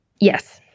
yes